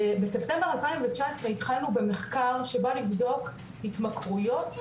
בספטמבר 2019 התחלנו במחקר שבא לבדוק התמכרויות,